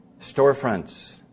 storefronts